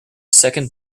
second